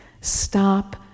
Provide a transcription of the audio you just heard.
Stop